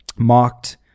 mocked